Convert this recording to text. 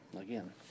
Again